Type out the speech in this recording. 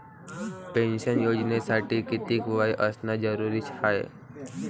Pension योजनेसाठी कितीक वय असनं जरुरीच हाय?